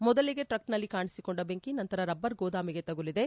ಮೊದಲಿಗೆ ಟ್ರಕ್ನಲ್ಲಿ ಕಾಣಿಸಿಕೊಂಡ ಬೆಂಕಿ ನಂತರ ರಬ್ಬರ್ ಗೋದಾಮಿಗೆ ತಗುಲಿದೆ